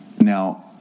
now